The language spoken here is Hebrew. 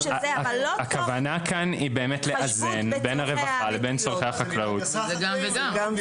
הכוונה כאן היא באמת לאזן בין הרווחה לבין צורכי החקלאות.